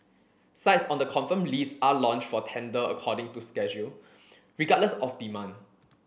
sites on the confirmed list are launched for tender according to schedule regardless of demand